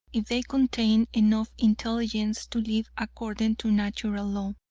if they contained enough intelligence to live according to natural law.